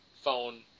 phone